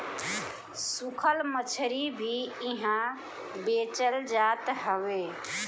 सुखल मछरी भी इहा बेचल जात हवे